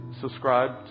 subscribe